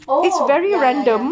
oh ya ya ya